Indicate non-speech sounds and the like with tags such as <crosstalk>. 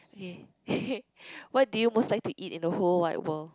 yea <laughs> what do you most like to eat in the whole wide world